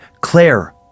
Claire